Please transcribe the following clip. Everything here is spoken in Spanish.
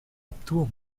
obtuvo